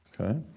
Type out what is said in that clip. Okay